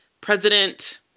President